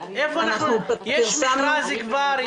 יש מכרז כבר?